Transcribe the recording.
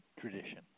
tradition